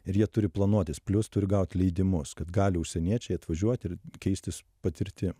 ir jie turi planuotis plius turi gauti leidimus kad gali užsieniečiai atvažiuoti ir keistis patirtim